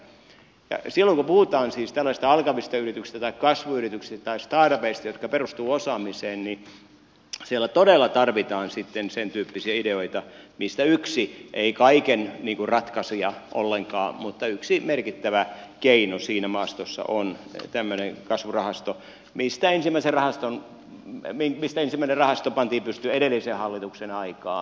silloin kun puhutaan siis tällaisista alkavista yrityksistä tai kasvuyrityksistä tai startupeista jotka perustuvat osaamiseen niin siellä todella tarvitaan sitten sen tyyppisiä ideoita joista yksi ei kaiken ratkaisija ollenkaan mutta yksi merkittävä keino siinä maastossa on tämmöinen kasvurahasto mistä ensimmäisen aston v vei pistein ensimmäinen rahasto pantiin pystyyn edellisen hallituksen aikaan